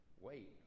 wait